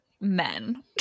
men